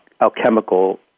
alchemical